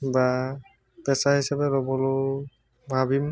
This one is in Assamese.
বা পেচা হিচাপে লবলৈও ভাবিম